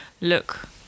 look